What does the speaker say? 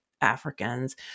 Africans